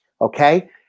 Okay